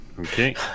Okay